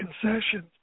concessions